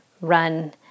run